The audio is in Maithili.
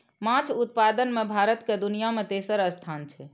माछ उत्पादन मे भारत के दुनिया मे तेसर स्थान छै